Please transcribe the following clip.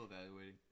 evaluating